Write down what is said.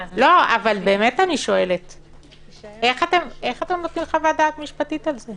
איך אתם מוציאים חוות דעת משפטית כזו?